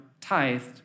tithed